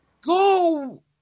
Go